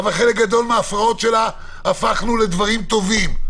אבל חלק גדול מההפרעות שלה הפכנו לדברים טובים.